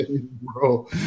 bro